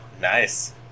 Nice